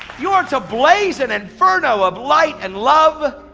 you're to blaze an inferno of light and love,